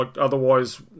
Otherwise